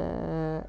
त